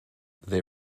they